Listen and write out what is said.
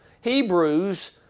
Hebrews